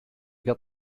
got